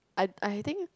I I think